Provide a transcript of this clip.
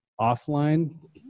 offline